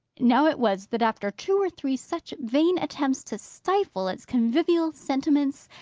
now it was that after two or three such vain attempts to stifle its convivial sentiments,